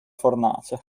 fornace